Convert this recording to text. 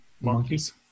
monkeys